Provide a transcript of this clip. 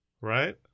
right